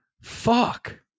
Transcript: fuck